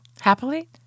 Happily